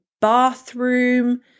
bathroom